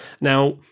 Now